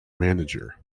manager